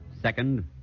Second